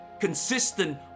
consistent